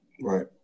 Right